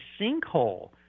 sinkhole